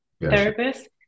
therapist